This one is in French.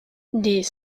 des